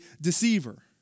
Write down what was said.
deceiver